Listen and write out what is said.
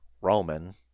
Roman